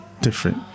different